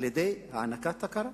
על-ידי הענקת הכרה.